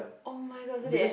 [oh]-my-God so that